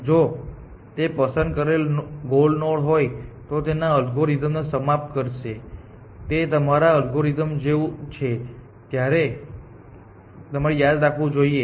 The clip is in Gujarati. જો તે પસંદ કરેલ ગોલ નોડ હોય તો તે તેના અલ્ગોરિધમ્સને સમાપ્ત કરશે તે તમારા અલ્ગોરિધમ્સ જેવું છે તમારે યાદ રાખવું જોઈએ